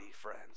friends